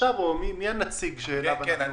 מי הנציג שאליו אנחנו